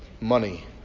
Money